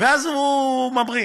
ואז הוא ממריא.